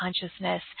consciousness